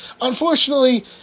unfortunately